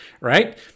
right